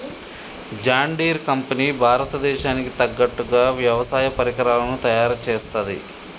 John Deere company భారత దేశానికి తగ్గట్టుగా వ్యవసాయ పరికరాలను తయారుచేస్తది